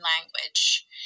language